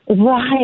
Right